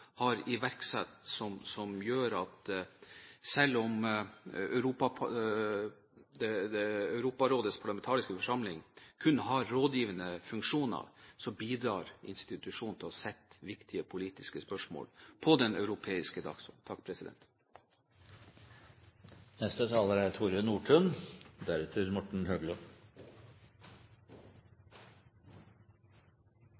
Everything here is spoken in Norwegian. har iverksatt. Dette reformarbeidet gjør at selv om Europarådets parlamentariske forsamling kun har rådgivende funksjoner, bidrar institusjonen til å sette viktige politiske spørsmål på den europeiske dagsordenen. Undertegnede er saksordfører for innstillingene nr. 336, 338 og 335. Komiteen er